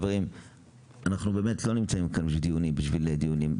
אנחנו לא נמצאים כאן בשביל דיונים,